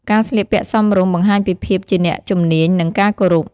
ការស្លៀកពាក់សមរម្យបង្ហាញពីភាពជាអ្នកជំនាញ និងការគោរព។